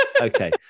Okay